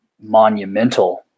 monumental